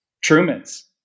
Truman's